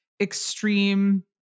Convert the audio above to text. extreme